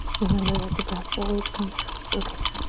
remember that the breath always comes first, okay.